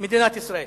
מדינת ישראל.